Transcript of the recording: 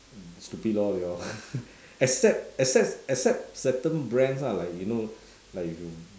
stupid lor they all except except except certain brands lah like you know like if you